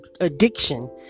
addiction